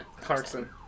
Clarkson